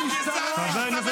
--- אתה שר משתמט,